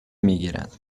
میگیرند